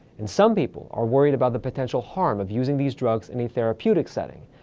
and some people are worried about the potential harm of using these drugs in a therapeutic setting,